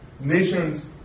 nations